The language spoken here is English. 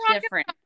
different